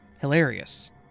hilarious